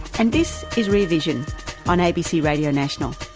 and this is rear vision on abc radio national.